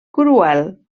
cruel